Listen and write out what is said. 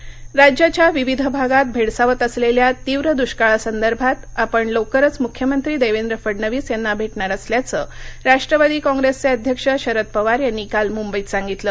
पवार राज्याच्या विविध भागात भेडसावत असलेल्या तीव्र दृष्काळा संदर्भात आपण लवकरच मुख्यमंत्री देवेंद्र फडणविस यांना भेटणार असल्याचं राष्ट्रवादी कॉप्रेसचे अध्यक्ष शरद पवार यांनी काल मुंबईत सांगितलं